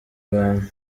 abantu